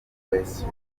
wesley